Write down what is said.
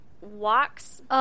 walks